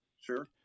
sure